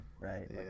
right